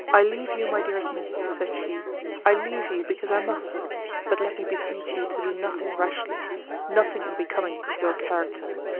i leave you, my dearest miss, said she i leave you, because i must but let me beseech you to do nothing rashly nothing unbecoming your character.